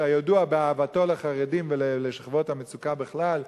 שידוע באהבתו לחרדים ולשכבות המצוקה בכלל,